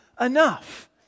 enough